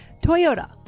Toyota